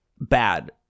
bad